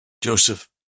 Joseph